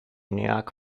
nyack